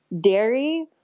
dairy